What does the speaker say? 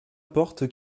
porte